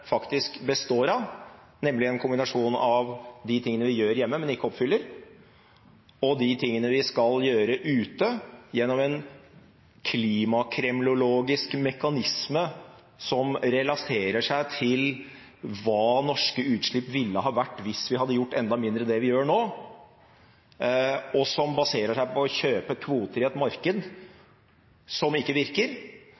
faktisk består av, nemlig en kombinasjon av de tingene vi gjør hjemme, men ikke oppfyller, og de tingene vi skal gjøre ute gjennom en klimakremlologisk mekanisme som relaterer seg til hva norske utslipp ville ha vært hvis vi hadde gjort enda mindre enn det vi gjør nå, og som baserer seg på å kjøpe kvoter i et marked